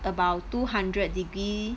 about two hundred degree